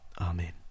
Amen